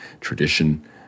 tradition